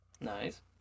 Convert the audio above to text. Nice